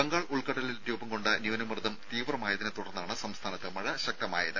ബംഗാൾ ഉൾക്കടലിൽ രൂപം കൊണ്ട ന്യൂനമർദ്ദം തീവ്രമായതിനെത്തുടർന്നാണ് സംസ്ഥാനത്ത് മഴ ശക്തമായത്